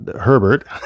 Herbert